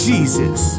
Jesus